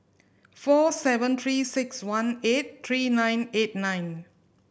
four seven Three Six One eight three nine eight nine